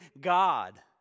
God